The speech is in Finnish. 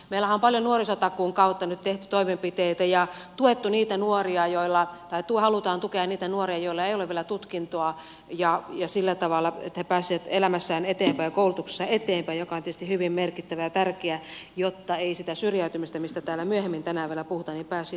meillähän on paljon nuorisotakuun kautta nyt tehty toimenpiteitä ja tuettu niitä nuoria joilla ei tuo halutaan tukea niitä nuoria joilla ei ole vielä tutkintoa sillä tavalla että he pääsisivät elämässään eteenpäin ja koulutuksessa eteenpäin joka on tietysti hyvin merkittävä ja tärkeä asia jotta sitä syrjäytymistä mistä täällä myöhemmin tänään vielä puhutaan ei pääsisi tapahtumaan